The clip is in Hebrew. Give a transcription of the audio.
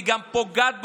היא גם פוגעת בציונות,